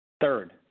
Third